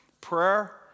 prayer